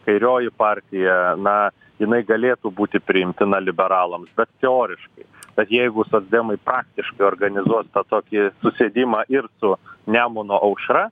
kairioji partija na jinai galėtų būti priimtina liberalams bet teoriškai tat jeigu socdemai paieškai organizuos tokį susėdimą ir su nemuno aušra